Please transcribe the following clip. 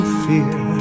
fear